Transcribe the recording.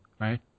right